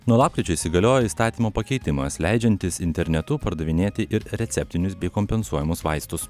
nuo lapkričio įsigaliojo įstatymo pakeitimas leidžiantis internetu pardavinėti ir receptinius bei kompensuojamus vaistus